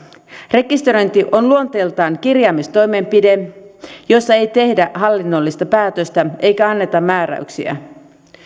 rekisteröinti on luonteeltaan kirjaamistoimenpide jossa ei tehdä hallinnollista päätöstä eikä anneta määräyksiä